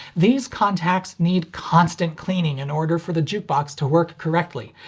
these contacts need constant cleaning in order for the jukebox to work correctly,